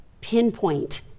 pinpoint